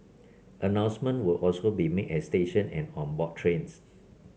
announcements will also be made at stations and on board trains